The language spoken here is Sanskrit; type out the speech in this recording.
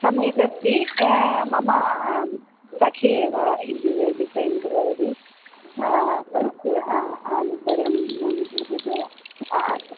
सम्यगस्ति मम सखी एव इण्टीरियर् डिसैन् करोति तस्य अनन्तरं किञ्चित्